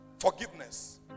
forgiveness